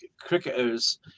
cricketers